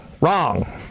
Wrong